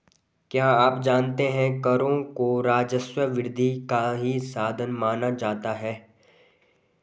क्या आप जानते है करों को राजस्व वृद्धि का ही साधन माना जाता है?